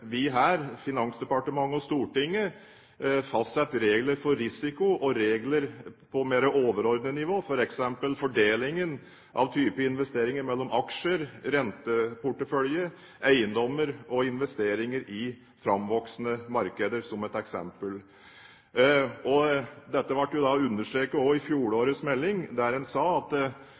vi – Finansdepartementet og Stortinget – fastsetter regler for risiko og regler på mer overordnet nivå, f.eks. fordelingen av type investeringer mellom aksjer, renteporteføljer, eiendommer og investeringer i framvoksende markeder. Dette ble også understreket i fjorårets melding, der man sa at